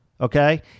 Okay